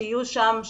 שיהיו שם,